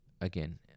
again